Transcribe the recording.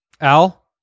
Al